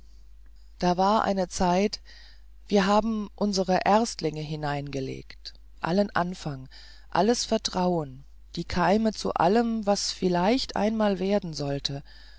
da ist eine zeit wir haben unsere erstlinge hineingelegt allen anfang alles vertrauen die keime zu alledem was vielleicht einmal werden sollte